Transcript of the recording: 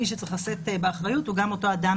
מי שצריך לשאת באחריות הוא גם אותה אדם